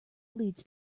leads